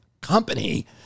company